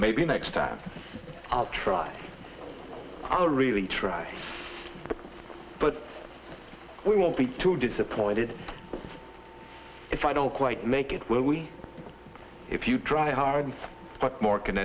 maybe next time i'll try i'll really try but we won't be too disappointed if i don't quite make it will we if you try hard but more can